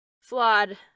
flawed